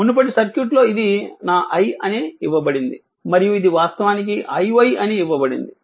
మునుపటి సర్క్యూట్లో ఇది నా i అని ఇవ్వబడింది మరియు ఇది వాస్తవానికి iy అని ఇవ్వబడింది